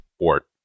port